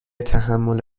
تحمل